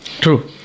True